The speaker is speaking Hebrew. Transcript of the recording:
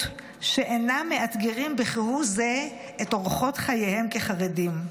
שאינם מאתגרים כהוא זה את אורחות חייהם כחרדים.